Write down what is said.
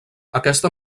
aquesta